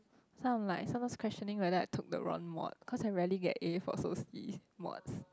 so I'm like sometimes questioning whether I took the wrong mod cause I rarely get A for soci mods